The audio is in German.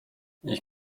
ich